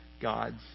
God's